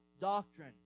doctrine